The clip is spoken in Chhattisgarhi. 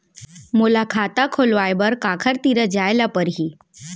मोला खाता खोलवाय बर काखर तिरा जाय ल परही?